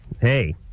Hey